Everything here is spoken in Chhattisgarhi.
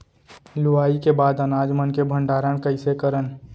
लुवाई के बाद अनाज मन के भंडारण कईसे करन?